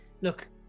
Look